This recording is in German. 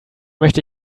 möchte